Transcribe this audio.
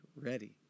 ready